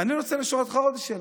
אני רוצה לשאול אותך עוד שאלה.